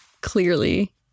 clearly